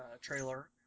trailer